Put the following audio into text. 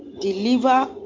deliver